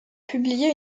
publié